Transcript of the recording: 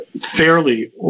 fairly